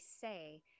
say